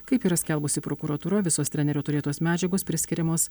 kaip yra skelbusi prokuratūra visos trenerio turėtos medžiagos priskiriamos